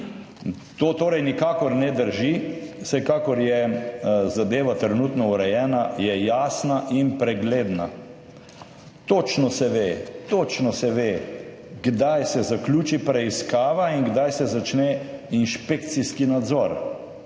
To torej nikakor ne drži. Vsekakor je zadeva trenutno urejena, je jasna in pregledna. Točno se ve, kdaj se zaključi preiskava in kdaj se začne inšpekcijski nadzor,